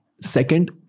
Second